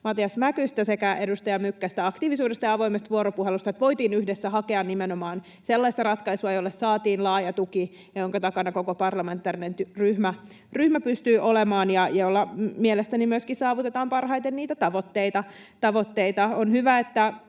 Matias Mäkystä sekä edustaja Mykkästä aktiivisuudesta ja avoimesta vuoropuhelusta, jotta voitiin yhdessä hakea nimenomaan sellaista ratkaisua, jolle saatiin laaja tuki, jonka takana koko parlamentaarinen ryhmä pystyy olemaan ja jolla mielestäni myöskin saavutetaan parhaiten niitä tavoitteita. On hyvä, että